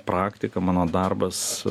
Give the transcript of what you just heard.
praktika mano darbas